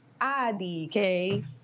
IDK